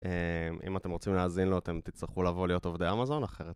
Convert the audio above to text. אם אתם רוצים להאזין לו, אתם תצטרכו לבוא להיות עובדי אמזון אחרת..